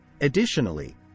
Additionally